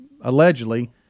allegedly